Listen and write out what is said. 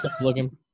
looking